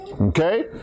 Okay